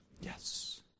Yes